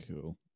Cool